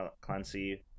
Clancy